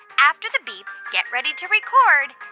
after the beep, get ready to record